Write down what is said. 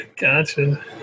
Gotcha